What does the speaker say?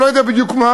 אני לא יודע בדיוק מה,